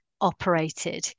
operated